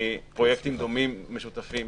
מפרויקטים דומים משותפים,